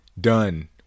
done